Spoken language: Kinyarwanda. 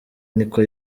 niko